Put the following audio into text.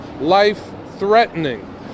life-threatening